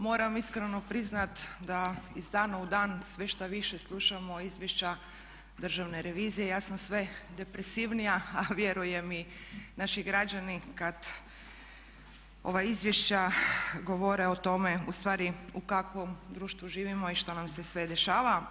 Moram iskreno priznati da iz dana u dan sve šta više slušamo izvješća državne revizije ja sam sve depresivnija a vjerujem i naši građani kada ova izvješća govore o tome ustvari u kakvom društvu živimo i šta nam se sve dešava.